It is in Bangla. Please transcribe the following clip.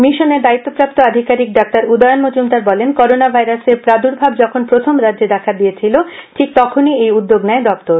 মিশনের দায়িত্বপ্রাপ্ত আধিকারিক ডা উদয়ন মজুমদার বলেন করোনা ভাইরাসের প্রাদুর্ভাব যখন প্রথম রাজ্যে দেখা দিয়েছিল ঠিক তখনই এই উদ্যোগ নেয় দপ্তর